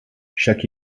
chaque